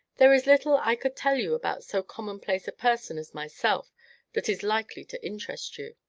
there is little i could tell you about so commonplace a person as myself that is likely to interest you.